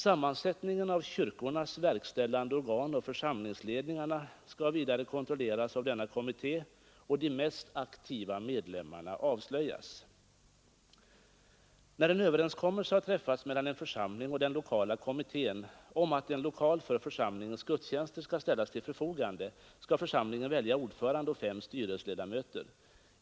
Sammansättningen av kyrkornas verkställande organ och församlingsledningar skall vidare kontrolleras av denna kommitté och de mest aktiva medlemmarna avslöjas. När en överenskommelse har träffats mellan en församling och den lokala kommittén om att en lokal för församlingens gudstjänster skall ställas till förfogande, skall församlingen välja ordförande och fem styrelseledamöter.